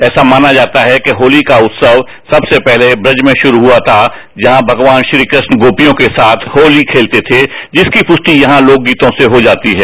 ऐसा माना जाता है कि होती का उत्सव सबसे पहले बूज से शुरू हुआ था जहाँ भगवान श्रीकृष्ण गोपियों के साथ होती खेलते थे जिसकी पुष्टि वहीं लोकगीतों से होजाती है